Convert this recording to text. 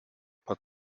pat